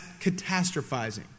catastrophizing